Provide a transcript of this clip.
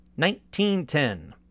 1910